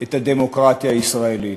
את הדמוקרטיה הישראלית.